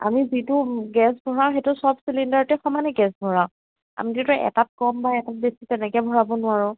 আমি যিটো গেছ ভৰাওঁ সেইটো চব চিলিণ্ডাৰতে সমানেই গেছ ভৰাও আমি যিটো এটাত কম বা এটাত বেছি তেনেকে ভৰাব নোৱাৰোঁ